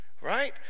Right